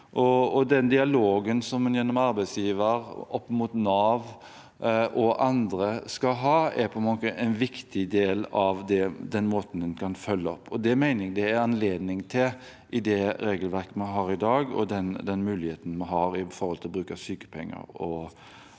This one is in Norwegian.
Og den dialogen som en gjennom arbeidsgiver opp mot Nav og andre skal ha, er for mange en viktig del av måten man kan følge opp. Det mener jeg det er anledning til i det regelverket man har i dag, og den muligheten vi har til bruk av sykepenger og